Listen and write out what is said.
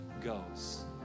goes